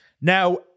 Now